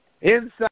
inside